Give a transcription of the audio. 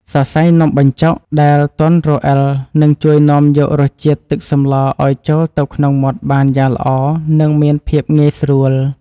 សរសៃនំបញ្ចុកដែលទន់រអិលនឹងជួយនាំយករសជាតិទឹកសម្លឱ្យចូលទៅក្នុងមាត់បានយ៉ាងល្អនិងមានភាពងាយស្រួល។